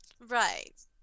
Right